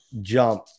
jump